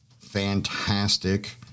fantastic